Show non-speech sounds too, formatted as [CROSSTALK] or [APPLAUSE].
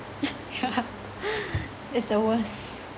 [LAUGHS] yeah [LAUGHS] it's the worse